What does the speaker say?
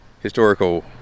historical